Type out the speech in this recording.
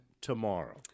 tomorrow